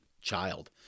child